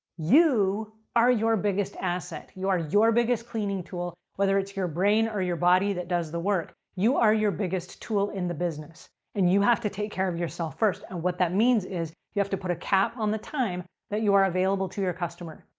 you are your biggest asset. you're your biggest cleaning tool, whether it's your brain or your body that does the work. you are your biggest tool in the business and you have to take care of yourself first. and what that means is you have to put a cap on the time that you are available to your customer.